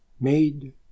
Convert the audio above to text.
made